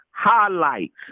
highlights